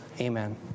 Amen